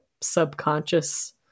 subconscious